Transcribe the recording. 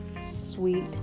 sweet